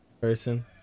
Person